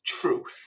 truth